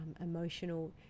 Emotional